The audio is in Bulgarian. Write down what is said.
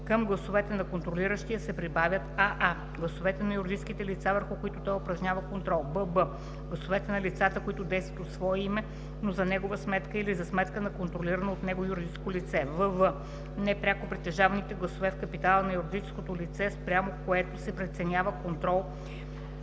към гласовете на контролиращия се прибавят: аа) гласовете на юридическите лица, върху които той упражнява контрол; бб) гласовете на лицата, които действат от свое име, но за негова сметка или за сметка на контролирано от него юридическо лице; вв) непряко притежаваните гласове в капитала на юридическото лице, спрямо което се преценява контрол,